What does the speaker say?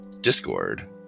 Discord